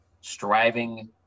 striving